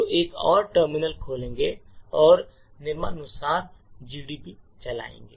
तो एक और टर्मिनल खोलेगा और निम्नानुसार GDB चलाएगा